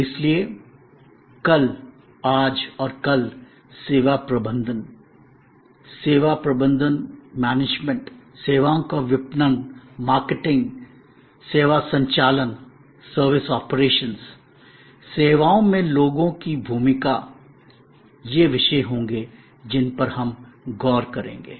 इसलिए कल आज और कल सेवा प्रबंधन सेवा प्रबंधन सर्विस मैनेजमेंट service management सेवाओं का विपणन सर्विस मार्केटिंग service marketing सेवा संचालन सर्विस ऑपरेशन्स service operations सेवाओं में लोगों की भूमिका ये विषय होंगे जिन पर हम गौर करेंगे